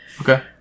Okay